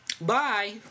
Bye